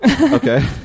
Okay